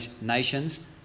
nations